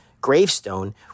gravestone